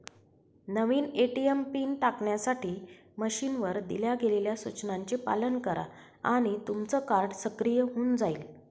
नवीन ATM PIN टाकण्यासाठी मशीनवर दिल्या गेलेल्या सूचनांचे पालन करा आणि तुमचं कार्ड सक्रिय होऊन जाईल